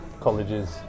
colleges